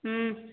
ம்